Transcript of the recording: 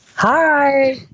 hi